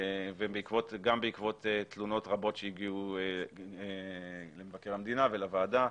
גם בעקבות תלונות רבות שהגיעו למבקר המדינה ולוועדה,